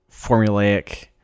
formulaic